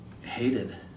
hated